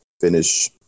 finish